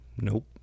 Nope